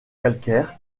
calcaires